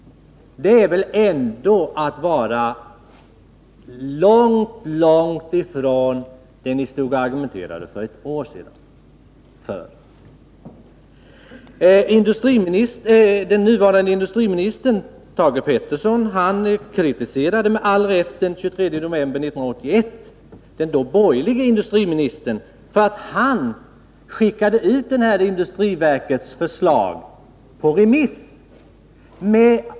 Det är väl ändå att vara ganska långt från det som ni för ett år sedan stod och argumenterade för. Den nuvarande industriministern Thage Peterson kritiserade, med all rätt, den 23 november 1981 den dåvarande borgerlige industriministern för att han skickade ut detta förslag från industriverket på remiss.